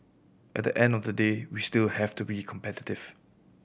at the end of the day we still have to be competitive